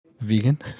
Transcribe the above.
vegan